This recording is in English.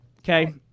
okay